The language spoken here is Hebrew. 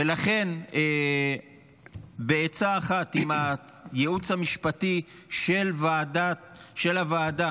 ולכן, בעצה אחת עם הייעוץ המשפטי של הוועדה,